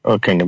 Okay